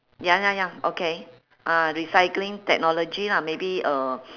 ya ya ya okay ah recycling technology lah maybe uh